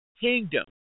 kingdom